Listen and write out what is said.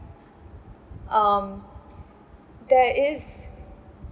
um there is